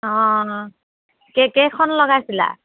অঁ কেইখন লগাইছিলা